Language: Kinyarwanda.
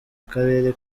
karere